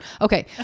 Okay